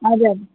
हजुर